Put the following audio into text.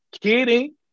Kidding